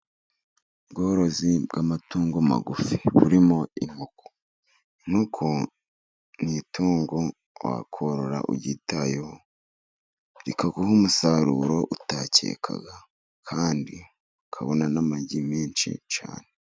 Ubworozi bw'amatungo magufi burimo inkoko. Inkoko ni itungo wakorora uryitayeho rikaguha umusaruro utakekaga, kandi ukabona n'amagi menshi cyane.